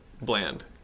Bland